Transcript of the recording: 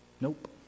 Nope